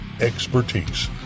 expertise